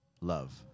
love